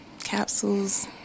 capsules